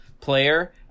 player